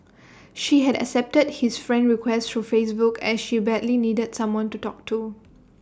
she had accepted his friend request through Facebook as she badly needed someone to talk to